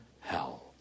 hell